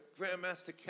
Grandmaster